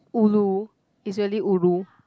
ulu is really ulu